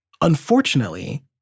unfortunately